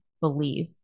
believe